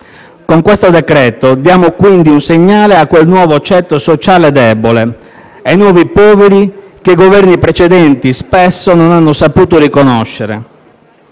in esame diamo quindi un segnale a quel nuovo ceto sociale debole e ai nuovi poveri, che i Governi precedenti spesso non hanno saputo riconoscere.